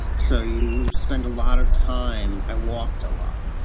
so you spend a lot of time i walked a lot.